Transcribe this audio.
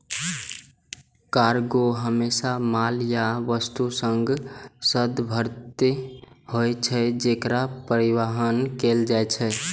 cargo हमेशा माल या वस्तु सं संदर्भित होइ छै, जेकर परिवहन कैल जाइ छै